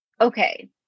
okay